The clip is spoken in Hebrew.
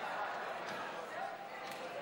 ההצעה להעביר לוועדה את הצעת חוק לימוד חובה (תיקון,